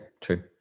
true